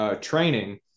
training